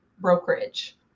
brokerage